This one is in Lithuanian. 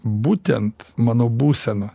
būtent mano būsena